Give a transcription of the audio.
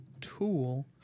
tool